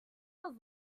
was